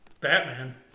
Batman